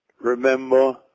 Remember